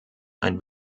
ein